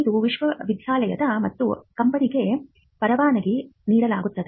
ಇದು ವಿಶ್ವವಿದ್ಯಾಲಯ ಮತ್ತು ಕಂಪನಿಗಳಿಗೆ ಪರವಾನಗಿ ನೀಡುತ್ತದೆ